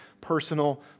personal